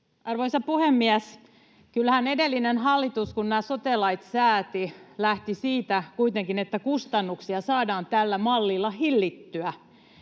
Arvoisa puhemies! Kyllähän edellinen hallitus, kun nämä sote-lait sääti, lähti kuitenkin siitä, että kustannuksia saadaan tällä mallilla hillittyä.